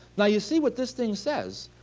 now you see what this thing says?